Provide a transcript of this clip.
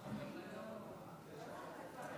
תודה, כבוד